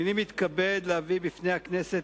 הנני מתכבד להביא בפני הכנסת,